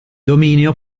dominio